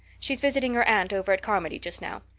she's visiting her aunt over at carmody just now.